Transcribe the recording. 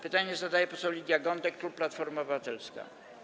Pytanie zadaje poseł Lidia Gądek, klub Platforma Obywatelska.